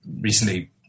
recently